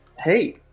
Hey